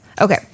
Okay